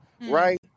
right